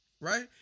right